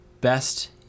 best